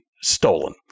stolen